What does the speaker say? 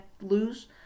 lose